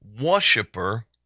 worshiper